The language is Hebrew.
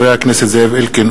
הצעתם של חברי הכנסת זאב אלקין,